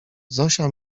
zosia